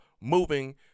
moving